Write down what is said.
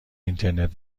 اینترنت